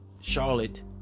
Charlotte